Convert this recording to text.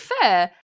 fair